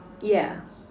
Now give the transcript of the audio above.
yeah